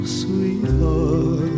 sweetheart